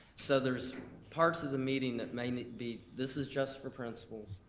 so there's parts of the meeting that may may be, this is just for principals,